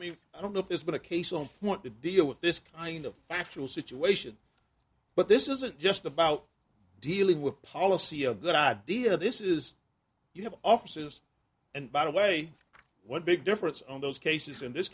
mean i don't know if there's been a case on want to deal with this kind of factual situation but this isn't just about dealing with policy a good idea this is you have offices and by the way one big difference on those cases in this